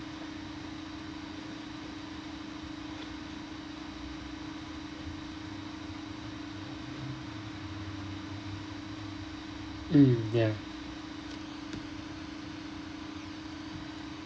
mm ya